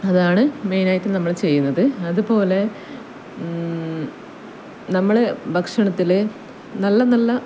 അതാണ് മെയിനായിട്ട് നമ്മൾ ചെയ്യുന്നത് അതുപോലെ നമ്മൾ ഭക്ഷണത്തിൽ നല്ല നല്ല